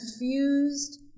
confused